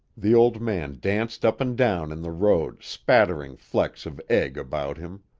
the old man danced up and down in the road, spattering flecks of egg about him.